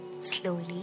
Slowly